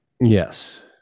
Yes